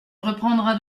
reprendras